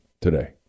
today